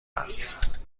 است